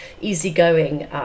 easygoing